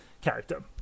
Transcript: character